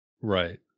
Right